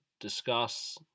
discuss